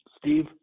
Steve